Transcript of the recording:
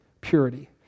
purity